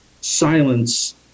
silence